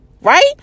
Right